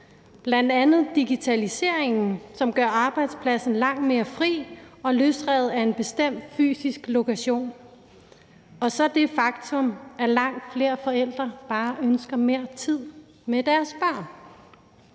bl.a. digitaliseringen, som gør arbejdspladsen langt mere fri og løsrevet af en bestemt fysisk lokation, og så det faktum, at langt flere forældre bare ønsker mere tid med deres børn.